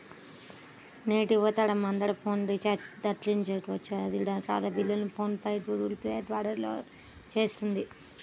నేటి యువతరం అందరూ ఫోన్ రీఛార్జి దగ్గర్నుంచి అన్ని రకాల బిల్లుల్ని ఫోన్ పే, గూగుల్ పే ల ద్వారానే చేస్తున్నారు